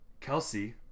Kelsey